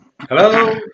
hello